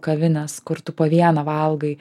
kavinės kur tu po vieną valgai